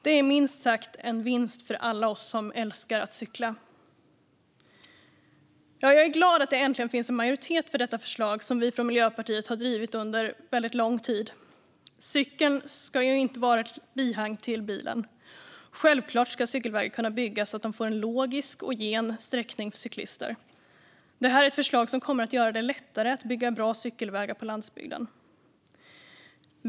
Det är minst sagt en vinst för alla oss som älskar att cykla. Jag är glad att det äntligen finns en majoritet för detta förslag, som vi från Miljöpartiet har drivit under väldigt lång tid. Cykeln ska ju inte vara ett bihang till bilen. Självklart ska cykelvägar kunna byggas så att de får en logisk och gen sträckning för cyklister. Det här är ett förslag som kommer att göra det lättare att bygga bra cykelvägar på landsbygden.